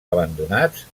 abandonats